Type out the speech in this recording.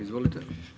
Izvolite.